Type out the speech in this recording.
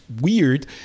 weird